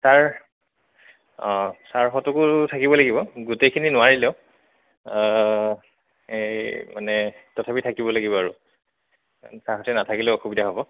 sir অঁ ছাৰহঁতকো থাকিব লাগিব গোটেইখিনি নোৱাৰিলেও এই মানে তথাপি থাকিব লাগিব আৰু ছাৰহঁতে নাথাকিলেও অসুবিধা হ'ব